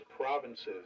provinces